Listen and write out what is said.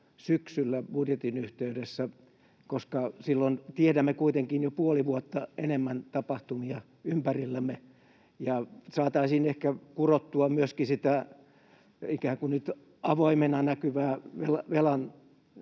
syksyllä budjetin yhteydessä, koska silloin tiedämme kuitenkin jo puoli vuotta enemmän tapahtumia ympärillämme ja saataisiin ehkä kurottua myöskin sitä ikään kuin nyt avoimena näkyvää velan